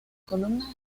columnas